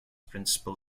principal